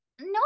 No